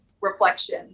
reflection